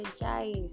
apologize